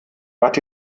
wart